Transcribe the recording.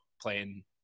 playing